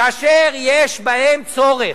כאשר יש בהם צורך.